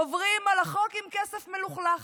עוברים על החוק עם כסף מלוכלך.